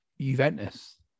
Juventus